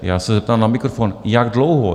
Já se zeptám na mikrofon, jak dlouho...